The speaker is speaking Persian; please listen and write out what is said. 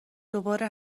دوباره